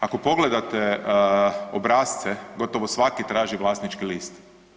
Ako pogledate obrasce gotovo svaki traži vlasnički list.